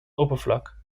oppervlak